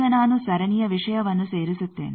ಈಗ ನಾನು ಸರಣಿಯ ವಿಷಯವನ್ನು ಸೇರಿಸುತ್ತೇನೆ